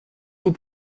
vous